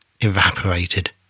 evaporated